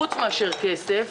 חוץ מאשר כסף